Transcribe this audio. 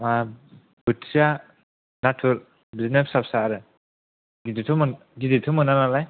मा बोथिया नाथुर बिदिनो फिसा फिसा आरो गिदिरथ' गिदिरथ' मोना नालाय